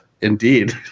Indeed